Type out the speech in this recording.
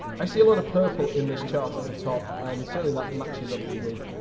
i see a lot of purple in this chart at the top, and certainly that matches up with,